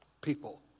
people